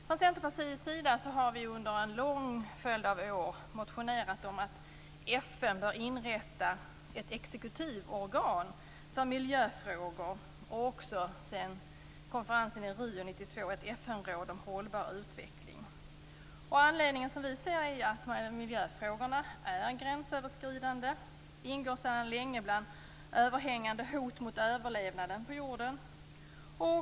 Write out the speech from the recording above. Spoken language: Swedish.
Från Centerpartiets sida har vi under en lång följd av år motionerat om att FN bör inrätta ett exekutivorgan för miljöfrågor, och sedan konferensen i Rio 1992 även ett FN-råd om hållbar utveckling. Anledningen är att miljöfrågorna är gränsöverskridande. De ingår sedan länge i de överhängande hoten mot överlevnaden på jorden.